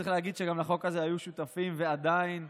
צריך להגיד שלחוק הזה היו שותפים, ועדיין,